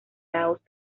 laos